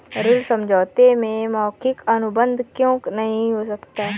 ऋण समझौते में मौखिक अनुबंध क्यों नहीं हो सकता?